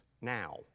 now